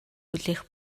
хүлээх